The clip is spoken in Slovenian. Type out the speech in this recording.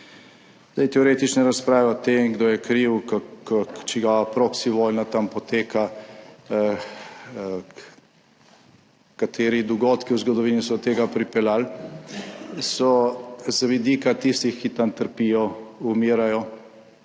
Teoretične razprave o tem, kdo je kriv, čigava propsi(?) vojna tam poteka, kateri dogodki v zgodovini so od tega pripeljali, so z vidika tistih, ki tam trpijo, umirajo,